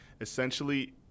essentially